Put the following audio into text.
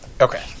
Okay